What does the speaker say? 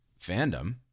fandom